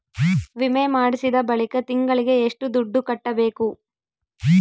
ವಿಮೆ ಮಾಡಿಸಿದ ಬಳಿಕ ತಿಂಗಳಿಗೆ ಎಷ್ಟು ದುಡ್ಡು ಕಟ್ಟಬೇಕು?